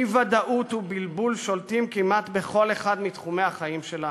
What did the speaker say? אי-ודאות ובלבול שולטים כמעט בכל אחד מתחומי החיים שלנו.